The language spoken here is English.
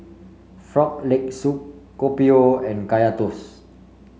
Frog Leg Soup Kopi O and Kaya Toast